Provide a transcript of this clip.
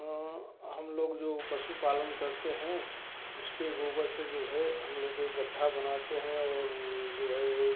हाँ हम लोग जो पशुपालन करते हैं उसके गोबर से जो है हम लोग एक गड्ढा बनाते हैं और जो है